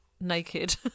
Naked